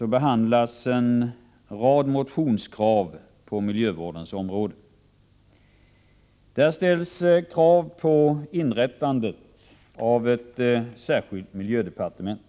behandlas en rad motionskrav på miljövårdens område. Det framförs krav på inrättande av ett särskilt miljödepartement.